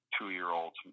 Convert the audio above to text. two-year-old's